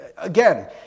Again